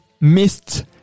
missed